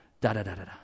da-da-da-da-da